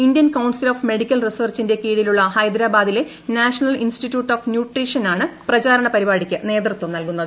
Indian council of medical റിസർച്ചിന്റെ കീഴിലുള്ള ഹൈദരാബാദിലെ നാഷണൽ ഇൻസ്റ്റിറ്റ്യൂട്ട് ഓഫ് ന്യൂട്രീഷൻ ആണ് പ്രചാരണ പരിപാടിക്ക് നേതൃത്വം നൽകുന്നത്